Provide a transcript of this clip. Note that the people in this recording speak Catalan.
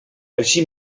així